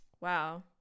Wow